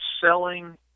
selling